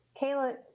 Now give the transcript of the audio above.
Kayla